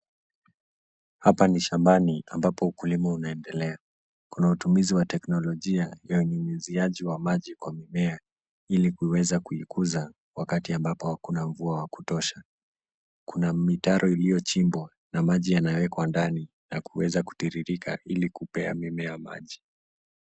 Hapa ni shambani ambapo ukulima unaendelea kuna utumizi wa teknolojia ya unyunyiziaji wa maji kwa mimea ili kuweza kuikuza wakati ambapo hakuna mvua wa kutosha. Kuna mitaro iliyo chimbwa na maji yanawekwa ndani na kuweza kutiririka ili kupea mimea maji.